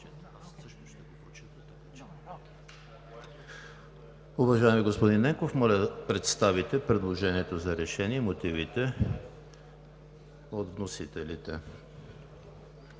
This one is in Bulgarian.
Уважаеми господин Ненков, моля да представите предложението за решение и мотивите от вносителите.